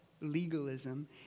legalism